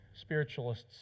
spiritualists